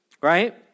right